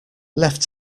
left